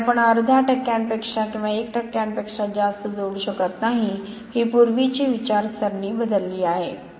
त्यामुळे आपण अर्ध्या टक्क्यांपेक्षा किंवा 1 टक्क्यांपेक्षा जास्त जोडू शकत नाही ही पूर्वीची विचारसरणी बदलली आहे